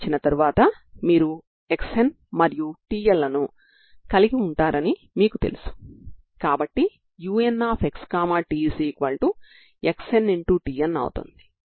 Tn లు మీ పరిష్కారాలు అవుతాయి ఇక్కడ Xn మీ ఐగెన్ ఫంక్షన్ అవుతుంది